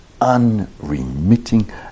unremitting